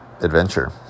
adventure